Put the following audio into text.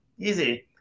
Easy